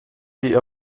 die